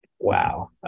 Wow